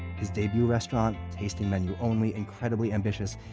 his debut restaurant, tasting menu only, incredibly ambitious,